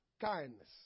Kindness